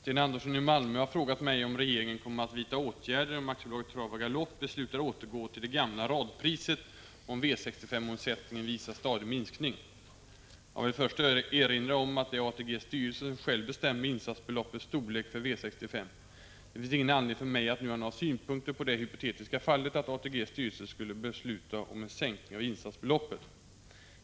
Fru talman! Sten Andersson i Malmö har frågat mig om regeringen kommer att vidta åtgärder om Aktiebolaget Trav och Galopp beslutar återgå till det gamla radpriset om V 65-omsättningen visar stadig minskning. Jag vill först erinra om att det är ATG:s styrelse som själv bestämmer insatsbeloppets storlek för V 65. Det finns ingen anledning för mig att nu ha några synpunkter på det hypotetiska fallet att ATG:s styrelse skulle besluta om en sänkning av insatsbeloppet.